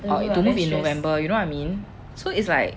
or to move in november you know what I mean so it's like